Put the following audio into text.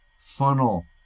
funnel